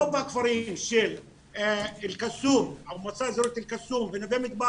רוב הכפרים של המועצה האזורית אל קסום ונווה מדבר